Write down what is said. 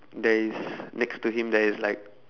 there is next to him there is like